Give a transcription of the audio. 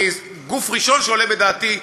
כגוף ראשון שעולה בדעתי,